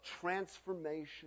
transformation